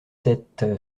sept